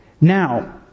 Now